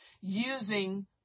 using